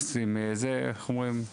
איך אומרים,